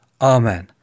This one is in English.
Amen